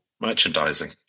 merchandising